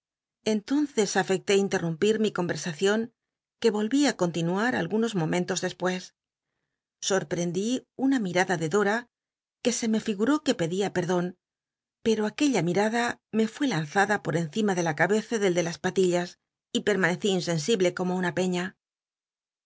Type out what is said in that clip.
entonces afecté interrumpir mi conversacion que volví í continuar algunos momentos despues sorprendí una mirada de dora que se me figuró que pedia perdon pero aquella mi rada me fué lanzada por encima de la cabeza del de las patillas y permanecí insensible como una peiia